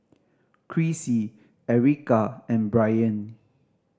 Crissy Ericka and Brianne